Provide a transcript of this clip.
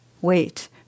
wait